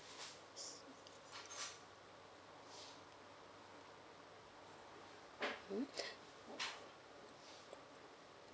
mm